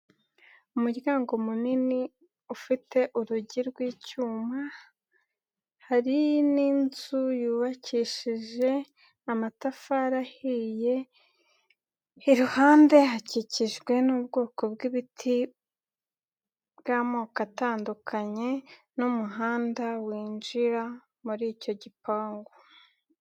Umuryango munini ufite urugi rw'icyuma, hari n'inzu yubakishije amatafari ahiye, iruhande hakikijwe n'ubwoko bw'ibiti bw'amoko atandukanye n'umuhanda winjira muri icyo gipangu.